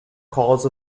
cause